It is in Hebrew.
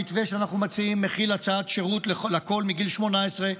המתווה שאנחנו מציעים מכיל הצעת שירות לכול מגיל 18,